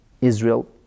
Israel